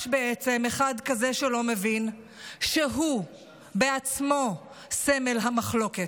יש בעצם אחד כזה שלא מבין שהוא בעצמו סמל המחלוקת,